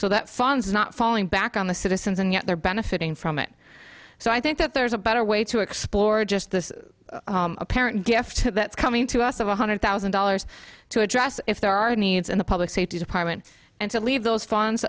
so that funds is not falling back on the citizens and yet they're benefiting from it so i think that there's a better way to explore just this apparent gift that's coming to us of one hundred thousand dollars to address if there are needs in the public safety department and to leave those funds